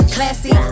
Classy